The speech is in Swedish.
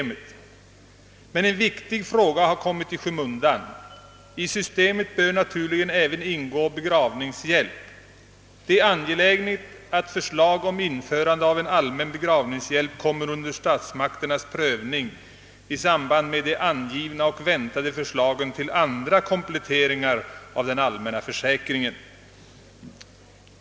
Men en viktig fråga har kommit i skymundan. I systemet bör naturligen även ingå begravningshjälp. Det är angeläget att förslag om införande av allmän begravningshjälp kommer under statsmakternas prövning i samband med de angivna och väntade förslagen om andra kompletteringar av den allmänna försäkringen.